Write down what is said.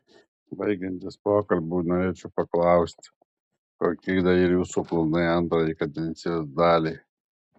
baigiantis pokalbiui norėčiau paklausti kokie dar yra jūsų planai antrajai kadencijos daliai